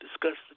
discuss